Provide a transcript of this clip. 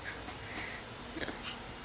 ya